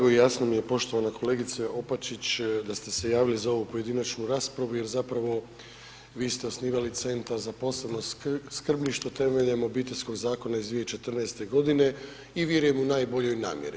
Meni je drago i jasno mi je poštovana kolegice Opačić da ste se javili za ovu pojedinačnu raspravu jer zapravo vi ste osnivali Centar za posebno skrbništvo temeljem Obiteljskog zakona iz 2014. g. i vjerujem, u najboljoj namjeri.